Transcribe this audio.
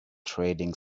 trading